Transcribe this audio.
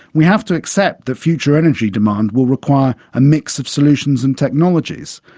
we have to accept that future energy demand will require a mix of solutions and technologies.